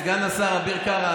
סגן השר אביר קארה,